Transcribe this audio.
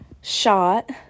shot